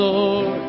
Lord